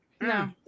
No